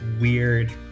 weird